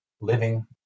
living